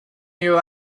you